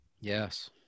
Yes